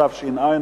התשס"ט 2009,